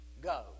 go